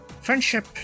friendship